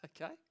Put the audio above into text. Okay